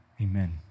Amen